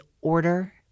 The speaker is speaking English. order